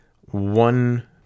one